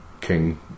king